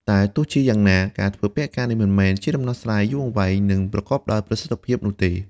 តែទោះជាយ៉ាងណា ការធ្វើពហិការនេះមិនមែនជាដំណោះស្រាយយូរអង្វែង និងប្រកបដោយប្រសិទ្ធភាពនោះទេ។